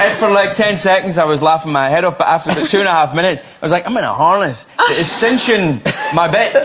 for like ten seconds i was laughing my head off, but after the two and a half minutes i was like, i'm in a harness ascension my bank